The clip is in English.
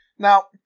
Now